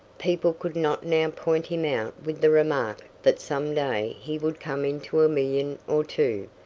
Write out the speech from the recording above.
people could not now point him out with the remark that some day he would come into a million or two.